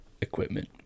equipment